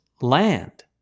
land